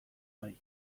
bai